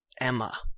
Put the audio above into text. Emma